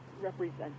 represent